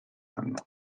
anno